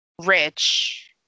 rich